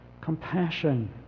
compassion